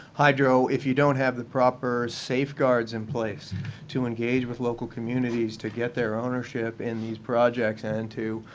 hydro if you don't have the proper safeguards in place to engage with local communities to get their ownership in these projects and to,